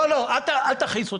לא, לא, אל תכעיס אותי.